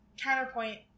Counterpoint